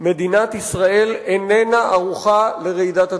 מדינת ישראל איננה ערוכה לרעידת אדמה.